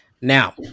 Now